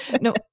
No